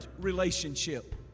relationship